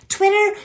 Twitter